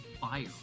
Fire